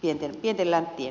itävienti lähti